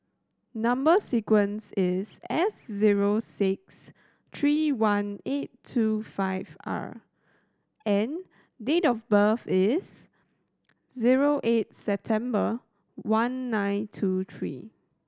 number sequence is S zero six three one eight two five R and date of birth is zero eight September one nine two three